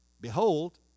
Behold